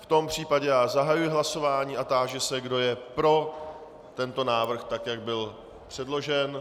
V tom případě zahajuji hlasování a táži se, kdo je pro tento návrh tak, jak byl předložen.